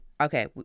okay